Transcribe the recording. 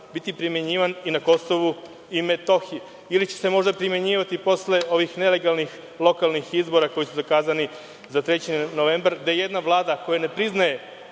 biti primenjivan i na KiM, ili će se možda primenjivati posle ovih nelegalnih lokalnih izbora koji su zakazani za 3. novembar, gde jedna vlada koja ne priznaje